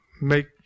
make